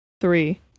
Three